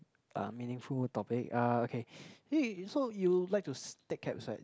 uh meaningful topic uh okay yo~ so you like to take cabs right